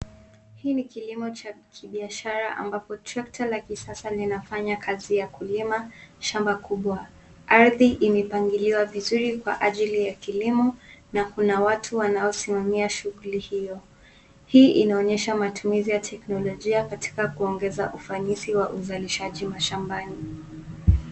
Hii ni kilimo cha kibiashara ambapo trakta la kisasa linafanya kazi ya kulima shamba kubwa. Ardhi imepangiliwa vizuri kwa ajili ya kilimo na kuna watu wanaosimamia shughuli hiyo. Hii inaonyesha matumizi ya teknolojia katika kuongeza ufanisi wa uzalishaji mashambani.